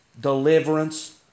deliverance